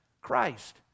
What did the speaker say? Christ